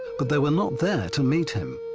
but they were not there to meet him.